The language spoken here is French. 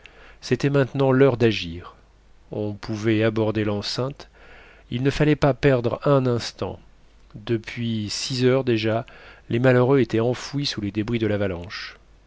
c'était maintenant l'heure d'agir on pouvait aborder l'enceinte il ne fallait pas perdre un instant depuis six heures déjà les malheureux étaient enfouis sous les débris de l'avalanche